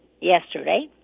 yesterday